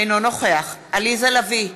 אינו נוכח עליזה לביא,